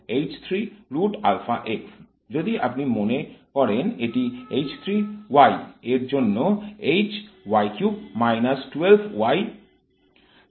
যদি আপনি মনে করেন এটি এর জন্য ছিল